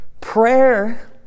Prayer